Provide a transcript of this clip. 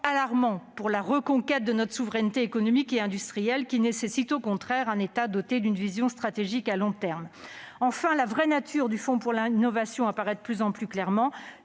alarmants pour la reconquête de notre souveraineté économique et industrielle, qui nécessite au contraire un État doté d'une vision stratégique à long terme. Enfin, la vraie nature du Fonds pour l'innovation et l'industrie apparaît de plus en plus clairement.